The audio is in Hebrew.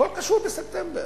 הכול קשור בספטמבר.